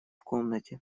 комнате